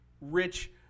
rich